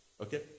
Okay